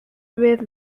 with